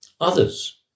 Others